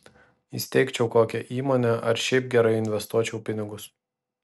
įsteigčiau kokią įmonę ar šiaip gerai investuočiau pinigus